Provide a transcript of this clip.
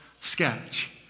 sketch